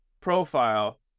profile